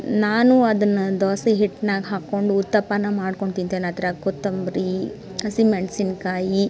ನಾನು ಅದನ್ನು ದೋಸೆ ಹಿಟ್ನಾಗ ಹಾಕ್ಕೊಂಡು ಉತ್ತಪ್ಪ ಮಾಡ್ಕೊಂಡು ತಿಂತೀನಿ ಅದ್ರಾಗ ಕೊತ್ತಂಬರಿ ಹಸಿಮೆಣಸಿನ್ಕಾಯಿ